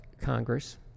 Congress